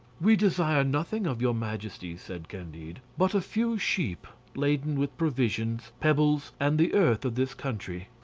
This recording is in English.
we desire nothing of your majesty, says candide, but a few sheep laden with provisions, pebbles, and the earth of this country.